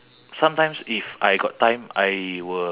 they spend their time whole day there to sell tissue paper